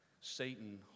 Satan